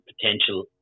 potential